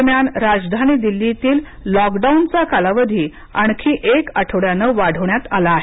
दरम्यान राजधानी दिल्लीतील लॉकडाऊनचा कालावधी आणखी एक आठवड्यानं वाढवण्यात आला आहे